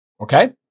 Okay